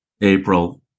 April